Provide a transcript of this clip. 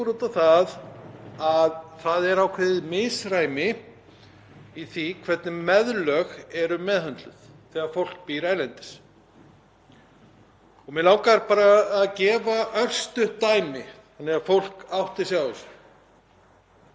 Mig langar bara að gefa örstutt dæmi þannig að fólk átti sig á þessu. Segjum að það séu tveir einstaklingar, kona og karl, sem eigi börn saman og skilji.